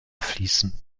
fließen